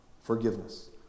forgiveness